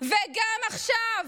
וגם עכשיו,